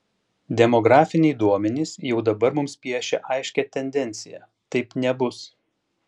demografiniai duomenys jau dabar mums piešia aiškią tendenciją taip nebus